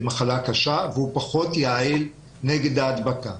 מחלה קשה והוא פחות יעיל נגד ההדבקה.